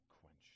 quench